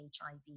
HIV